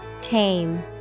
Tame